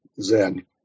Zen